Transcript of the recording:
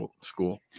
school